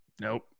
nope